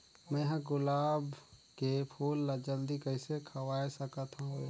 मैं ह गुलाब के फूल ला जल्दी कइसे खवाय सकथ हवे?